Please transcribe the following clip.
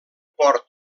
port